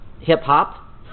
hip-hop